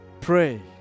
Pray